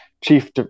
Chief